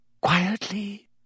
quietly